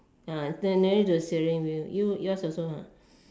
the nearer to the steering wheel you yours also